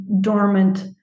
dormant